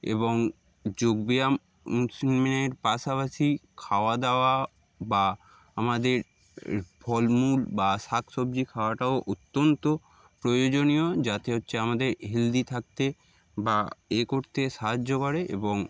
এবং যোগব্যায়ামের পাশাপাশি খাওয়া দাওয়া বা আমাদের ফলমূল বা শাক সবজি খাওয়াটাও অত্যন্ত প্রয়োজনীয় যাতে হচ্ছে আমাদের হেলদি থাকতে বা এ করতে সাহায্য করে এবং